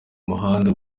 umuhanda